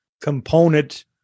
component